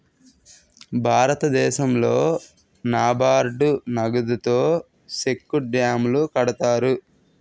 భారతదేశంలో నాబార్డు నగదుతో సెక్కు డ్యాములు కడతారు